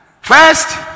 First